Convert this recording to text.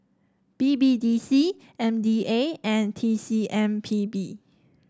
B B D C M D A and T C M P B